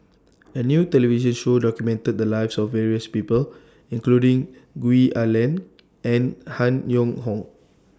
A New television Show documented The Lives of various People including Gwee Ah Leng and Han Yong Hong